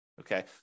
okay